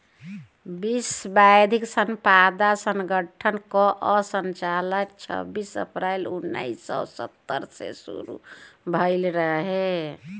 विश्व बौद्धिक संपदा संगठन कअ संचालन छबीस अप्रैल उन्नीस सौ सत्तर से शुरू भयल रहे